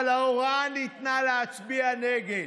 אבל ההוראה ניתנה, להצביע נגד.